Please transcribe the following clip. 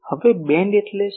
હવે બીમ એટલે શું